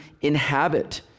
inhabit